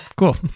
Cool